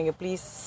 please